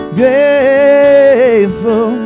grateful